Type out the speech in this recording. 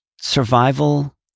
survival